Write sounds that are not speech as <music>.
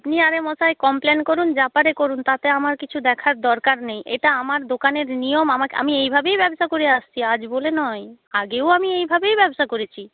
আপনি আরে মশাই কমপ্লেন করুন যা পারে করুন তাতে আমার কিছু দেখার দরকার নেই এটা আমার দোকানের নিয়ম <unintelligible> আমি এইভাবেই ব্যবসা করে আসছি আজ বলে নয় আগেও আমি এইভাবেই ব্যবসা করেছি